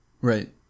Right